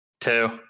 Two